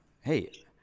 hey